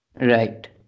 Right